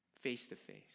Face-to-face